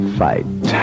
fight